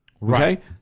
Right